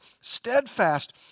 steadfast